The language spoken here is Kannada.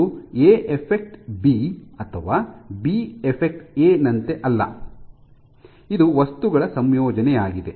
ಇದು ಎ ಎಫೆಕ್ಟ್ ಬಿ ಅಥವಾ ಬಿ ಎಫೆಕ್ಟ್ ಎ ನಂತೆ ಅಲ್ಲ ಇದು ವಸ್ತುಗಳ ಸಂಯೋಜನೆಯಾಗಿದೆ